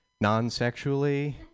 non-sexually